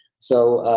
so,